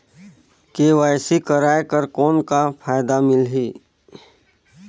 KYC कराय कर कौन का फायदा मिलही?